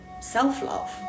self-love